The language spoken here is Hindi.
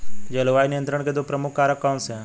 जलवायु नियंत्रण के दो प्रमुख कारक कौन से हैं?